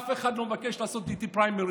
אף אחד לא מבקש לעשות איתי פריימריז.